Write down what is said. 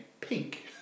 pink